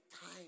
time